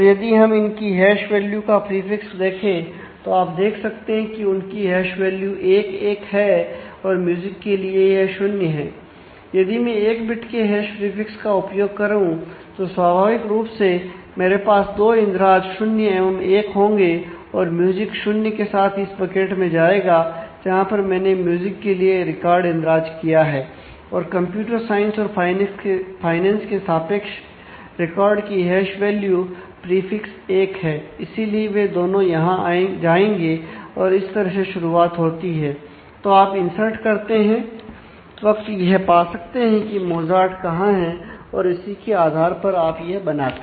यदि मैं एक बिट के हैश प्रीफिक्स करते वक्त यह पा सकते हैं की मोजार्ट कहां है और इसी के आधार पर आप यह बनाते हैं